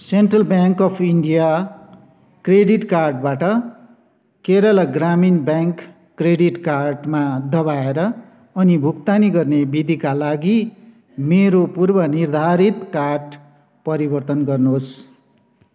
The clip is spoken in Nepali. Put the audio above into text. central bank of India credit कार्डबाट केरला ग्रामीण ब्याङ्क क्रेडिट कार्डमा दबाएर अनि भुक्तानी गर्ने विधिका लागि मेरो पूर्वनिर्धारित कार्ड परिवर्तन गर्नुहोस्